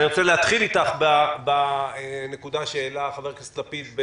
אני רוצה להתחיל איתך בנקודה שהעלה חבר הכנסת לפיד.